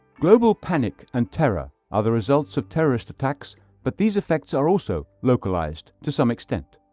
global panic and terror are the results of terrorist attacks but these effects are also localized to some extent.